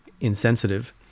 insensitive